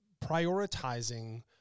prioritizing